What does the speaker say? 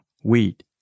wheat